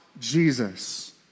Jesus